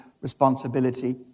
responsibility